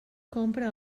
compra